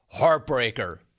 heartbreaker